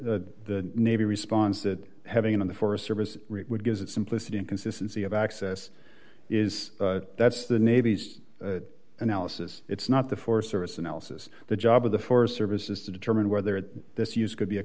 the navy responds that having an on the forest service would gives its simplicity and consistency of access is that's the navy's analysis it's not the forest service analysis the job of the forest service is to determine whether it this use could be